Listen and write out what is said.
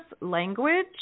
language